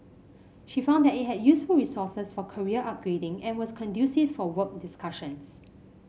she found that it had useful resources for career upgrading and was conducive for work discussions